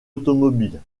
automobile